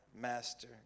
master